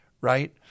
right